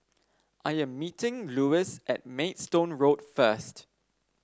I am meeting Luis at Maidstone Road first